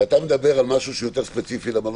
ואתה מדבר על משהו שהוא יותר ספציפי למלון,